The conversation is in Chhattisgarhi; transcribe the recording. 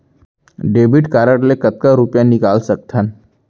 डेबिट कारड ले कतका रुपिया निकाल सकथन?